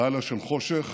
לילה של חושך